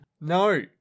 No